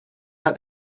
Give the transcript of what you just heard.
hat